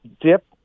dip